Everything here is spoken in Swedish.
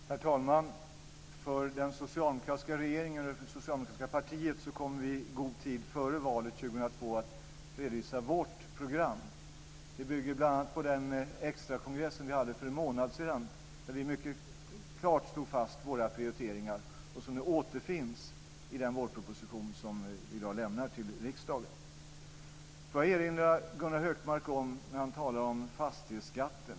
Herr talman! Det socialdemokratiska partiet kommer i god tid före valet 2002 att redovisa sitt program. Det bygger bl.a. på den extra kongress som vi hade för en månad sedan där vi mycket klart slog fast våra prioriteringar. De återfinns i den vårproposition som vi i dag lämnar till riksdagen. Gunnar Hökmark talar om fastighetsskatten.